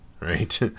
right